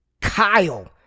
Kyle